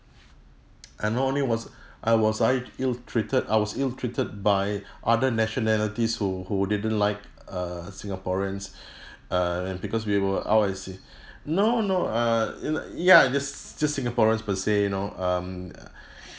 and not only was I was I ill treated I was ill treated by other nationalities who who didn't like uh singaporeans err because we were out at sea no no err ya just just singaporeans per se you know um